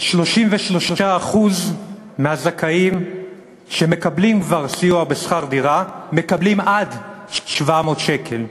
33% מהזכאים שמקבלים כבר סיוע בשכר דירה מקבלים עד 700 שקל,